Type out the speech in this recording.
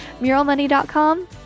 MuralMoney.com